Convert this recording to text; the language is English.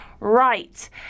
Right